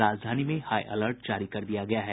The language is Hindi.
राजधानी में हाई अलर्ट जारी कर दिया गया है